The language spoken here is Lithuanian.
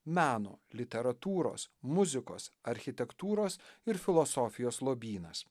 meno literatūros muzikos architektūros ir filosofijos lobynas